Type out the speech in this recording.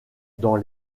dans